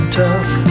tough